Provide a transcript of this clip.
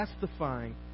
testifying